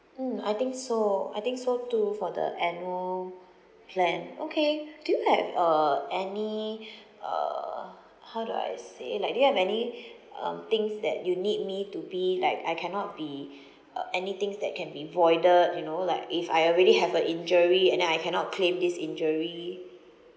mm I think so I think so too for the annual plan okay do you have uh any uh how do I say like do you have any um things that you need me to be like I cannot be uh any things that can be voided you know like if I already have a injury and then I cannot claim this injury